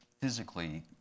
physically